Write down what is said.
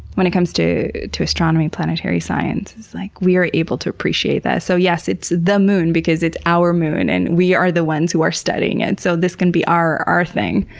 when it comes to to astronomy, planetary science, like we are able to appreciate that. so, yes, it's the moon because it's our moon and we are the ones who are studying it, so this can be our our thing.